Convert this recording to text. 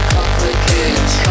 Complicate